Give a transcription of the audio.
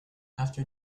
after